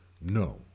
No